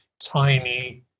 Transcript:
tiny